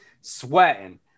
sweating